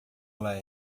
ela